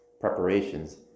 preparations